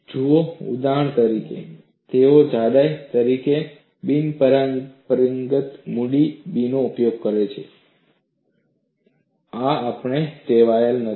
જુઓ ઉદાહરણ તરીકે તેઓ જાડાઈ તરીકે બિનપરંપરાગત મૂડી B નો ઉપયોગ કરે છે આ આપણે ટેવાયેલા નથી